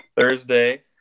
Thursday